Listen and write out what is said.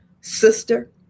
sister